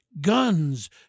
guns